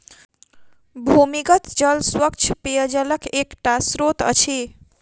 भूमिगत जल स्वच्छ पेयजलक एकटा स्त्रोत अछि